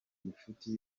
inshuti